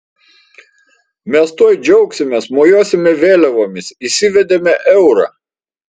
mes tuoj džiaugsimės mojuosime vėliavomis įsivedėme eurą